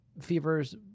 fevers